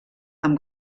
amb